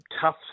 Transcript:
tough